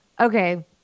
Okay